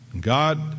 God